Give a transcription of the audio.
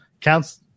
counts